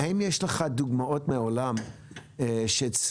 האם יש לך דוגמאות מהעולם שהצליחו